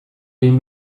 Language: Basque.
egin